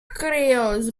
creoles